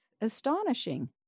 astonishing